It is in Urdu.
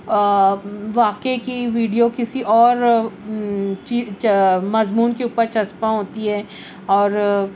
واقعے کی ویڈیو کسی اور مضمون کے اوپر چسپاں ہوتی ہے اور